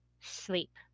Sleep